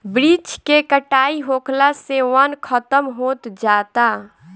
वृक्ष के कटाई होखला से वन खतम होत जाता